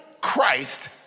Christ